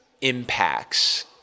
impacts